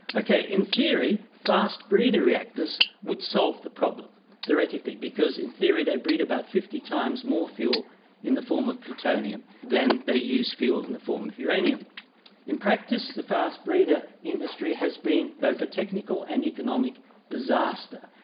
ok, in theory, fast-breeder reactors would solve the problem theoretically because in theory they breed about fifty times more fuel in the form of plutonium than they use fuel in the form of uranium in practice the fast-breeder industry has been both a technical and economic disaster.